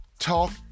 talk